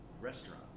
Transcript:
restaurant